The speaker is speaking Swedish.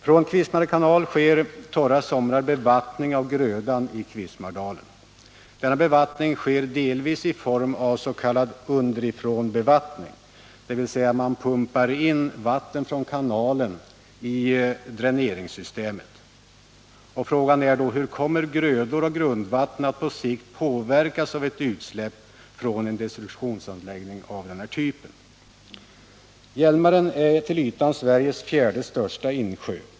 Från Kvismare kanal sker torra somrar bevattning av grödan i Kvismaredalen. Denna bevattning sker delvis i form av s.k. underifrånbevattning, dvs. man pumpar in vatten från kanalen i dräneringssystemet. Frågan är då: Hur kommer grödor och grundvatten att på sikt påverkas av ett utsläpp från en destruktionsanläggning av den här typen? Hjälmaren är till ytan Sveriges fjärde största insjö.